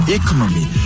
economy